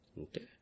Okay